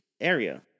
area